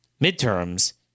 midterms